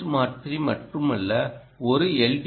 boost மாற்றி மட்டுமல்லஒரு L